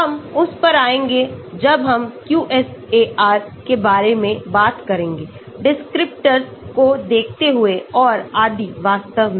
हम उस पर आएंगे जब हम QSAR के बारे में बातकरेंगे descriptorsको देखते हुए औरआदि वास्तव में